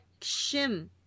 Shim